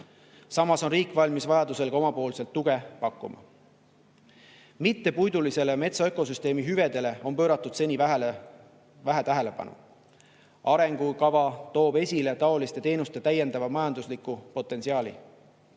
Samas on riik valmis vajaduse korral ka oma tuge pakkuma. Mittepuidulisele metsa ökosüsteemi hüvedele on pööratud seni vähe tähelepanu. Arengukava toob esile selliste teenuste täiendava majandusliku potentsiaali.